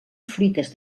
fruites